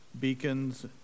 beacons